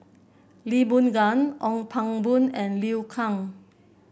Lee Boon Ngan Ong Pang Boon and Liu Kang